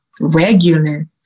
regular